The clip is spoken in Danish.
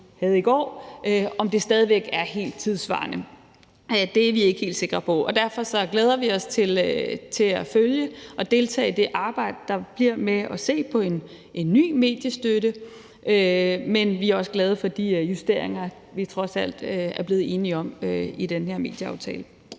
havde i går, og om det stadig er helt tidssvarende. Det er vi ikke helt sikre på, og derfor glæder vi os til at følge det og deltage i det arbejde, der bliver med at se på en ny mediestøtte, men vi er også glade for de justeringer, vi trods alt er blevet enige om i den her medieaftale.